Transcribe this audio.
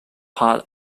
part